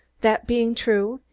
that being true,